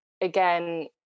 again